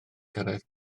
cyrraedd